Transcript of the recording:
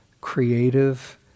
creative